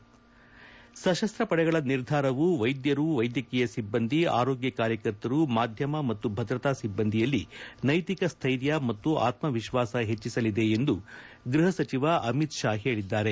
head ಸಶಸ್ತ ಪಡೆಗಳ ನಿರ್ಧಾರವು ವೈದ್ಯರು ವೈದ್ಯಕೀಯ ಸಿಬ್ಬಂದಿ ಆರೋಗ್ಯ ಕಾರ್ಯಕರ್ತರು ಮಾದ್ಯಮ ಮತ್ತು ಭದ್ರತಾ ಸಿಬ್ಬಂದಿಯಲ್ಲಿ ನೈತಿಕ ಸ್ಟ್ರರ್ಯ ಮತ್ತು ಆತ್ಮವಿಶ್ವಾಸ ಹೆಚ್ಚಿಸಲಿದೆ ಎಂದು ಗೃಪ ಸಚಿವ ಅಮಿತ್ ಶಾ ಹೇಳಿದ್ದಾರೆ